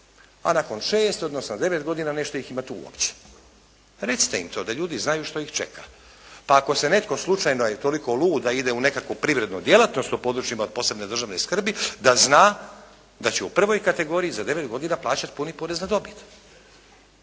a nakon 6, odnosno 9 godina nećete ih imati uopće. Recite im da to ljudi znaju što ih čeka. Pa ako se netko slučajno je toliko lud da ide u nekakvu privrednu djelatnost u područjima od posebne državne skrbi, da zna da će u prvoj kategoriji za devet godina plaćati puni porez na dobit,